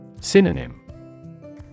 Synonym